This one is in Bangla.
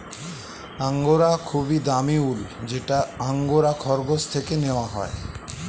অ্যাঙ্গোরা খুবই দামি উল যেটা অ্যাঙ্গোরা খরগোশ থেকে নেওয়া হয়